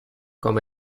com